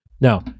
Now